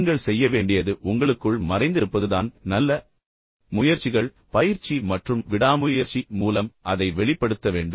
நீங்கள் செய்ய வேண்டியது உங்களுக்குள் மறைந்திருப்பதுதான் நீங்கள் அதை உணர வேண்டும் நல்ல முயற்சிகள் பயிற்சி மற்றும் விடாமுயற்சி மூலம் அதை வெளிப்படுத்த வேண்டும்